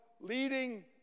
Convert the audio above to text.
leading